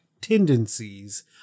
tendencies